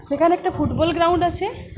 সেখানে একটা football ground আছে